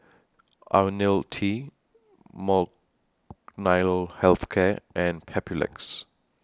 Ionil T Molnylcke Health Care and Papulex